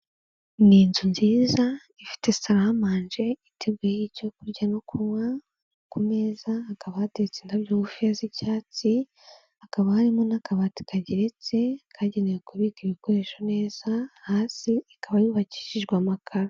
Ni inzu nziza ifite salamanje iteguyeho icyo kurya no kunywa, ku meza hakaba hateretse indabyo ngufiya z'icyatsi, hakaba harimo n'akabati kageretse kagenewe kubika ibikoresho neza, hasi ikaba yubakishijwe amakaro.